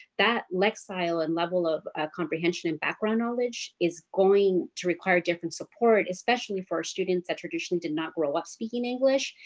that lexile and level of comprehension and background knowledge is going to require different support especially for students that traditionally did not grow up speaking english.